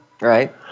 Right